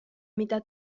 mida